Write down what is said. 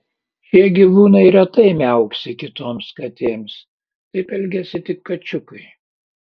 šie gyvūnai retai miauksi kitoms katėms taip elgiasi tik kačiukai